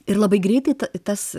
ir labai greitai tas